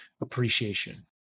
appreciation